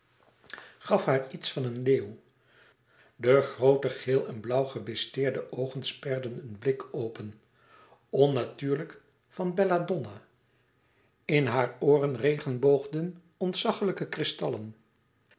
gaf haar iets van een leeuw de groote geel en blauw gebistreerde oogen sperden een blik open onnatuurlijk van bella donna in hare ooren regenboogden ontzaglijke kristallen